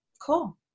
Cool